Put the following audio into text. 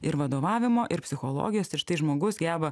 ir vadovavimo ir psichologijos ir štai žmogus geba